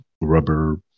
rubber